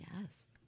Yes